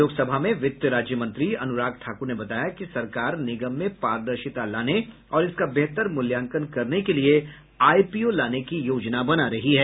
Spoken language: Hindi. लोकसभा में वित्त राज्य मंत्री अनुराग ठाकुर ने बताया कि सरकार निगम में पारदर्शिता लाने और इसका बेहतर मूल्यांकन करने के लिए आईपीओ लाने की योजना बना रही है